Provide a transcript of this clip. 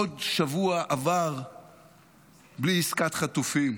עוד שבוע עבר בלי עסקת חטופים.